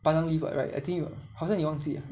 pandan leaves right I think you are 好像你忘记了